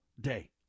day